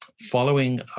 Following